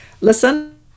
listen